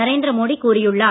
நரேந்திர மோடி கூறியுள்ளார்